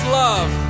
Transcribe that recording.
love